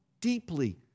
deeply